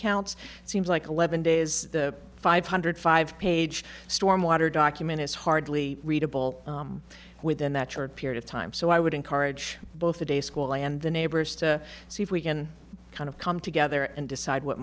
counts it seems like eleven days the five hundred five page storm water document is hardly readable within that short period of time so i would encourage both a day school and the neighbors to see if we can kind of come together and decide what